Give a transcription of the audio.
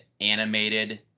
animated